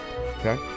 okay